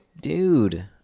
dude